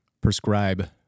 prescribe